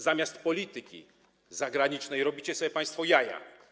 Zamiast polityki zagranicznej robicie sobie państwo jaja.